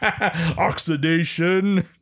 oxidation